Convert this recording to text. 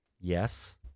Yes